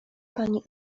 pani